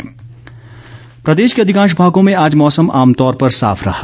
मौसम प्रदेश के अधिकांश भागों में आज मौसम आमतौर पर साफ रहा